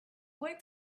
work